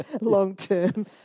long-term